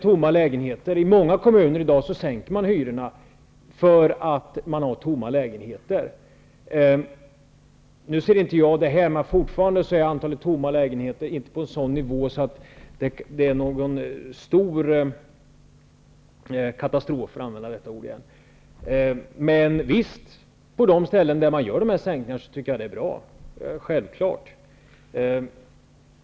I många kommuner sänker man i dag hyrorna därför att man har tomma lägenheter. Men fortfarande är antalet tomma lägenheter inte på en sådan nivå att det är någon stor katastrof, för att använda detta ord igen. På de ställen man gör dessa sänkningar tycker jag självklart att det är bra.